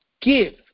give